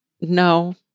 No